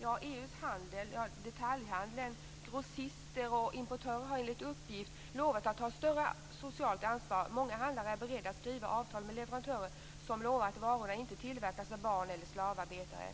Ja, EU:s handel - detaljhandel, grossister och importörer - har enligt uppgift lovat att ta ett större social ansvar. Många handlare är beredda att skriva avtal med leverantörer som lovar att varorna inte tillverkas av barn eller slavarbetare.